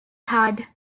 hard